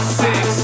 six